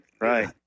right